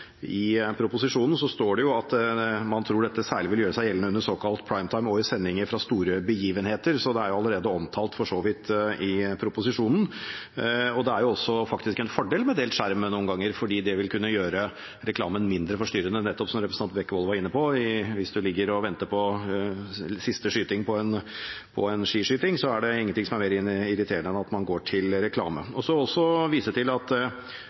proposisjonen står at man tror «dette særlig vil gjøre seg gjeldende under såkalt prime time og i sendinger fra store begivenheter», så det er for så vidt allerede omtalt i proposisjonen. Det er noen ganger faktisk også en fordel med delt skjerm, for det vil kunne gjøre reklamen mindre forstyrrende, nettopp som representanten Bekkevold var inne på. Hvis en ligger og venter på siste skyting i skiskyting, er det ingenting som er mer irriterende enn at man går til reklame. Jeg vil også vise til at